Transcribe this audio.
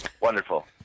Wonderful